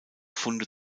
funde